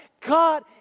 God